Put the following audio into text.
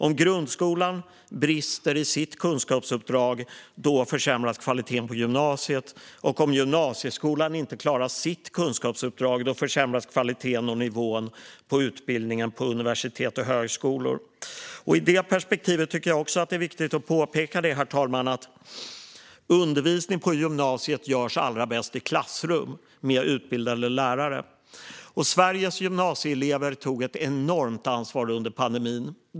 Om grundskolan brister i sitt kunskapsuppdrag försämras kvaliteten på gymnasiet, och om gymnasieskolan inte klarar sitt kunskapsuppdrag försämras kvaliteten och nivån på utbildningen på universitet och högskolor. I det perspektivet är det viktigt att påpeka att undervisning på gymnasiet gör sig allra bäst i klassrum med utbildade lärare. Sveriges gymnasieelever tog ett enormt ansvar under pandemin.